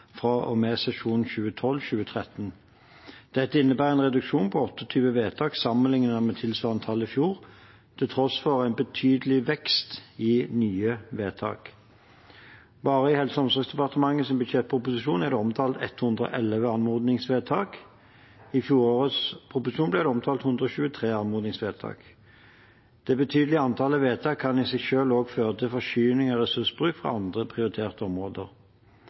Dette innebærer en reduksjon på 28 vedtak sammenlignet med tilsvarende tall i fjor, til tross for en betydelig vekst i nye vedtak. Bare i Helse- og omsorgsdepartementets budsjettproposisjon er det omtalt 111 anmodningsvedtak. I fjorårets proposisjon ble det omtalt 123 anmodningsvedtak. Det betydelige antallet vedtak kan i seg selv også føre til forskyvninger av ressursbruk fra andre prioriterte områder.